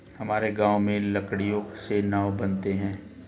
हमारे गांव में लकड़ियों से नाव बनते हैं